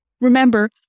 Remember